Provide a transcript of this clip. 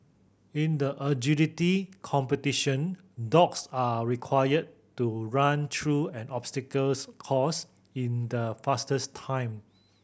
in the agility competition dogs are required to run through an obstacles course in the fastest time